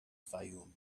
fayoum